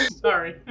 Sorry